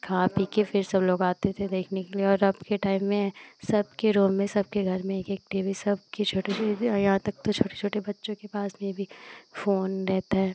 खा पीकर फिर सब लोग आते थे देखने के लिए और अबके टाइम में सबके रूम में सबके घर में एक एक टी वी सबके छोटे और यहाँ तक तो छोटे छोटे बच्चों के पास में भी फ़ोन रहता है